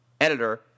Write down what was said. editor